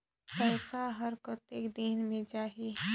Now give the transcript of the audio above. पइसा हर कतेक दिन मे जाही?